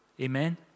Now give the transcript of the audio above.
amen